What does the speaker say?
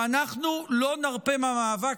ואנחנו לא נרפה מהמאבק.